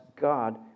God